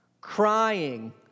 crying